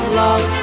love